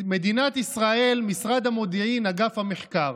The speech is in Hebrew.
מדינת ישראל, משרד המודיעין, אגף המחקר,